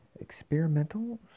Experimental